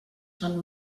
fan